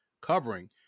covering